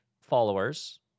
followers